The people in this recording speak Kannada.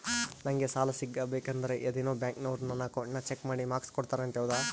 ನಂಗೆ ಸಾಲ ಸಿಗಬೇಕಂದರ ಅದೇನೋ ಬ್ಯಾಂಕನವರು ನನ್ನ ಅಕೌಂಟನ್ನ ಚೆಕ್ ಮಾಡಿ ಮಾರ್ಕ್ಸ್ ಕೋಡ್ತಾರಂತೆ ಹೌದಾ?